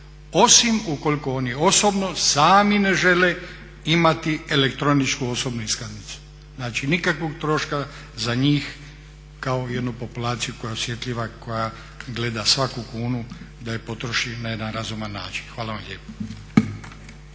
osim ukoliko oni osobno, sami ne žele imati elektroničku osobnu iskaznicu. Znači nikakvog troška za njih kao jednu populaciju koja je osjetljiva, koja gleda svaku kunu da je potroši na jedan razuman način. Hvala vam lijepo.